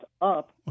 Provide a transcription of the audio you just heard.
up